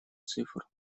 цифр